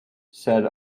said